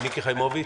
מיקי חיימוביץ'.